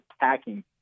attacking